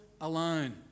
alone